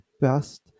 best